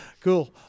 Cool